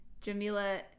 Jamila